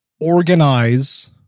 organize